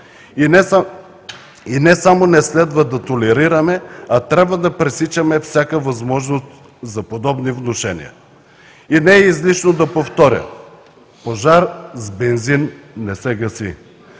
И не само не следва да толерираме, а трябва да пресичаме всяка възможност за подобни внушения. Не е излишно да повторя: „Пожар с бензин не се гаси“.